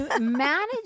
Manage